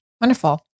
Wonderful